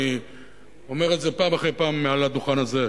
אני אומר את זה פעם אחר פעם מעל הדוכן הזה: